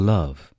Love